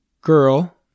girl